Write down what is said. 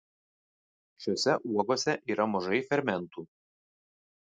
šiose uogose yra mažai fermentų